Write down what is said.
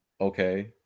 okay